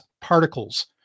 particles